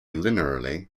linearly